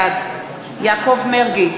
בעד יעקב מרגי,